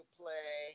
play